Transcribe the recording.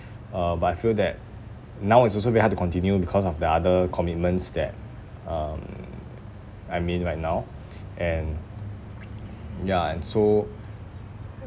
uh but I feel that now it's also very hard to continue because of the other commitments that um I mean right now and ya and so